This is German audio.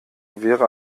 wäre